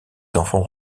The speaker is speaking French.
enfants